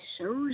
shows